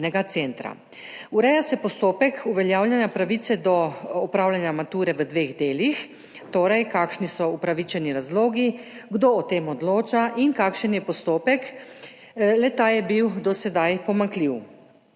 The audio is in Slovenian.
Ureja se postopek uveljavljanja pravice do opravljanja mature v dveh delih, torej kakšni so upravičeni razlogi, kdo o tem odloča in kakšen je postopek, le-ta je bil do sedaj pomanjkljiv.